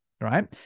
right